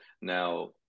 now